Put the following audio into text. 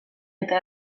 eta